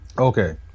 Okay